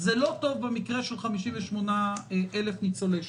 זה לא טוב במקרה של 58,000 ניצולי שואה.